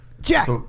Jack